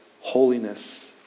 holiness